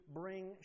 bring